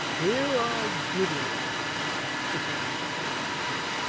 you are good enough returned doctor parker peps,